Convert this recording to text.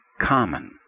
common